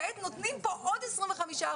כעת נותנים פה עוד 25%,